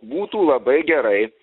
būtų labai gerai